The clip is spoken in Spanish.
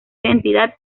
identidad